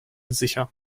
sicher